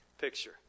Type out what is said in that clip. picture